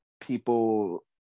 people